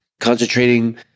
concentrating